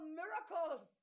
miracles